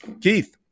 Keith